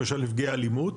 למשל נפגעי אלימות,